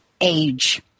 age